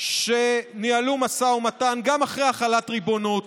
שבהן ניהלו משא ומתן גם אחרי החלת ריבונות,